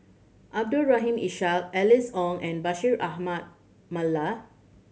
Abdul Rahim Ishak Alice Ong and Bashir Ahmad Mallal